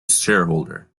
shareholder